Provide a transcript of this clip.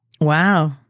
Wow